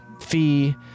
Fee